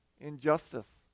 injustice